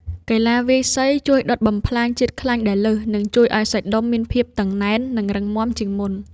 កីឡាវាយសីជួយដុតបំផ្លាញជាតិខ្លាញ់ដែលលើស និងជួយឱ្យសាច់ដុំមានភាពតឹងណែន និងរឹងមាំជាងមុន។